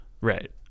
Right